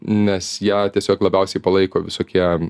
nes ją tiesiog labiausiai palaiko visokie